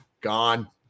Gone